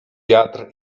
wiatr